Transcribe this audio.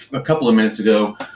a couple of minutes ago,